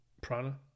Prana